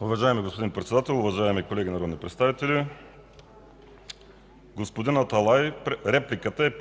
Уважаеми господин Председател, уважаеми колеги народни представители! Господин Аталай, по принцип репликата е